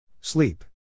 Sleep